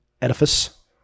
edifice